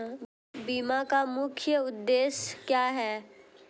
बीमा का मुख्य उद्देश्य क्या है?